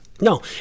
No